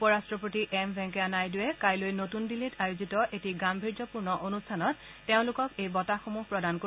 উপৰট্টপতি এম ভেংকায়া নাইডুৱে কাইলৈ নতুন দিল্লীত আয়োজিত এটি গাভীৰ্যপূৰ্ণ অনুষ্ঠানত তেওঁলোকক এই বঁটাসমূহ প্ৰদান কৰিব